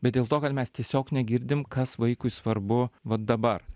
bet dėl to kad mes tiesiog negirdim kas vaikui svarbu vat dabar